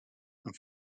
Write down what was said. and